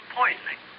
poisoning